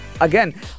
again